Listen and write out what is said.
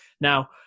Now